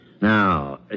Now